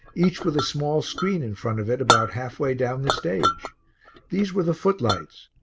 each with a small screen in front of it about halfway down the stage these were the footlights,